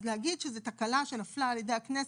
אז להגיד שזה תקלה שנפלה על ידי הכנסת,